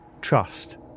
trust